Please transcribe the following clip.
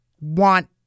want